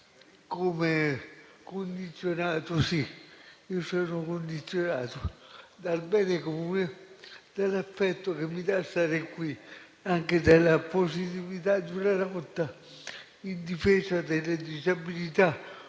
come condizionato: sì, lo sono dal bene comune, dall'affetto che mi dà stare qui e anche dalla positività della lotta in difesa delle disabilità